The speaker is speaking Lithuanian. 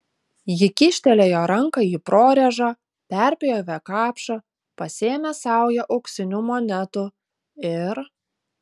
ji kyštelėjo ranką į prorėžą perpjovė kapšą pasėmė saują auksinių monetų ir